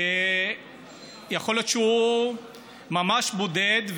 שיכול להיות שהוא ממש בודד,